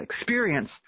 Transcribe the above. experience